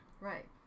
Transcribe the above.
Right